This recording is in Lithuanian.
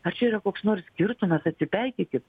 ar čia yra koks nors skirtumas atsipeikėkit